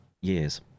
years